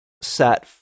set